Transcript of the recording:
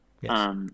Yes